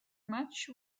much